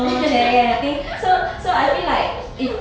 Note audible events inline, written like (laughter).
(laughs)